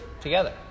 together